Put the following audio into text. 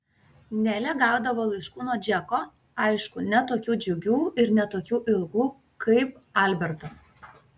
nelė gaudavo laiškų nuo džeko aišku ne tokių džiugių ir ne tokių ilgų kaip alberto